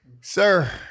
Sir